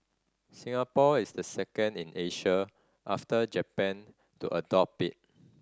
Singapore is the second in Asia after Japan to adopt it